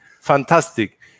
Fantastic